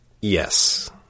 Yes